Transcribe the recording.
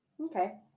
okay